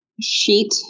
sheet